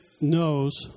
knows